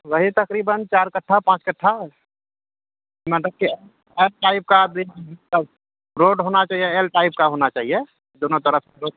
وہی تقریباً چار کٹھا پانچ کٹھا مطلب کہ ایل ٹائپ کا روڈ ہونا چاہیے ایل ٹائپ کا ہونا چاہیے دونوں طرف سے